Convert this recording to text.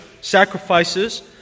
sacrifices